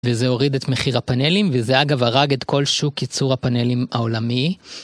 וזה הוריד את מחיר הפאנלים וזה אגב הרג את כל שוק ייצור הפאנלים העולמי.